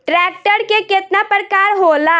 Tractor के केतना प्रकार होला?